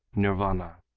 nirvana